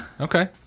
Okay